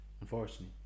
unfortunately